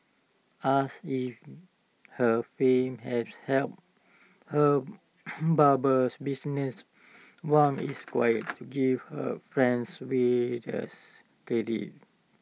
asked if her fame has helped her barber business Wang is quick to give her friends way credit